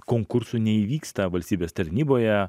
konkursų neįvyksta valstybės tarnyboje